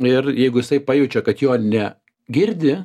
ir jeigu jisai pajaučia kad jo ne girdi